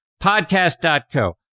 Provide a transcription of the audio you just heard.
Podcast.co